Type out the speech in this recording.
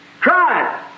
Try